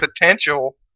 potential